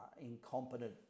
incompetent